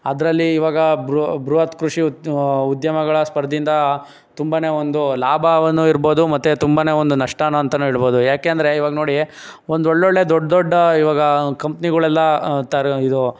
ಅದ್ರಲ್ಲೀ ಇವಾಗ ಬೃಹತ್ ಕೃಷಿ ಉತ್ ಉದ್ಯಮಗಳ ಸ್ಪರ್ಧೆಯಿಂದ ತುಂಬನೇ ಒಂದು ಲಾಭವನ್ನು ಇರಬೋದು ಮತ್ತೆ ತುಂಬನೇ ಒಂದು ನಷ್ಟವೆಂತೂ ಹೇಳ್ಬೋದು ಯಾಕೆಂದ್ರೆ ಇವಾಗ ನೋಡಿ ಒಂದು ಒಳ್ಳೊಳ್ಳೆ ದೊಡ್ದ ದೊಡ್ಡ ಇವಾಗ ಕಂಪ್ನಿಗಳೆಲ್ಲ ಥರ ಇದು